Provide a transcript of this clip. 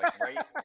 right